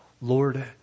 lord